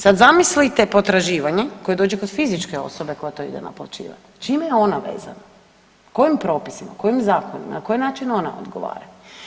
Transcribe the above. Sad zamislite potraživanje koje dođe kod fizičke osobe koja to ide naplaćivat, čime je ona vezana, kojim propisima, kojim zakonima, na koji način ona odgovara?